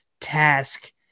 task